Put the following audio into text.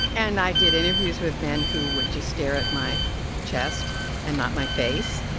and i did interviews with men who would just stare at my chest and not my face.